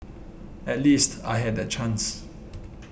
at least I had that chance